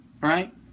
Right